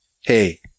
Hey